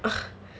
ugh